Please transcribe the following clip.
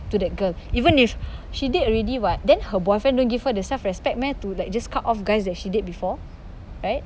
to that girl even if she date already [what] then her boyfriend don't give her the self-respect meh to like just cut off guys that she date before right